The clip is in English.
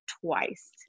twice